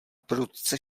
prudce